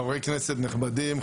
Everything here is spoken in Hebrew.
חברי כנסת נכבדים,